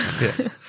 Yes